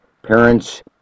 Parents